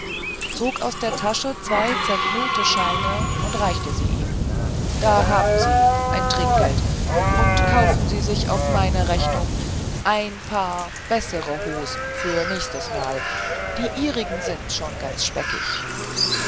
zog aus der tasche zwei zerknüllte scheine und reichte sie ihm da haben sie ein trinkgeld und kaufen sie sich auf meine rechnung ein paar bessere hosen fürs nächstemal die ihrigen sind schon ganz speckig